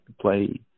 play